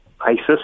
ISIS